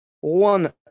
one